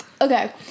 Okay